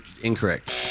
incorrect